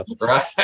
Right